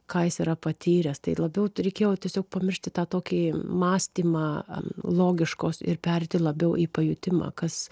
ką jis yra patyręs tai labiau reikėjo tiesiog pamiršti tą tokį mąstymą logiškos ir pereiti labiau į pajutimą kas